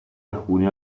alcuni